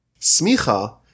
Smicha